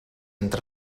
entre